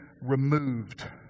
removed